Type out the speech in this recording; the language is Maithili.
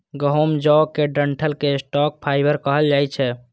गहूम, जौ के डंठल कें स्टॉक फाइबर कहल जाइ छै